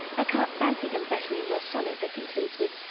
i can't fancy them bettering your sonnet that concludes with,